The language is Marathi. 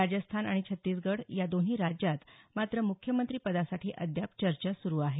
राजस्थान आणि छत्तीसगढ या दोन्ही राज्यात मात्र मुख्यमंत्रिपदासाठी अद्याप चर्चा सुरू आहे